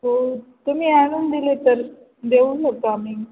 हो तु्ही आणून दिले तर देऊ शकतो आम्ही